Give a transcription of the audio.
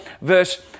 verse